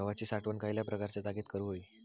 गव्हाची साठवण खयल्या प्रकारच्या जागेत करू होई?